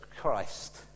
Christ